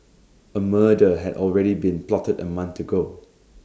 A murder had already been plotted A month ago